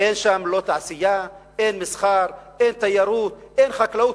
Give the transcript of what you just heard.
אין שם תעשייה, אין מסחר, אין תיירות, אין חקלאות.